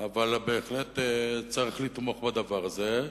אבל בהחלט צריך לתמוך בדבר הזה.